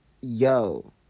yo